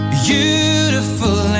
beautiful